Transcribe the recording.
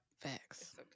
Facts